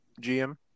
GM